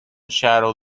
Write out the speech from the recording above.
shadow